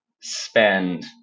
spend